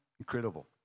incredible